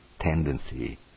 tendency